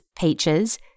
peaches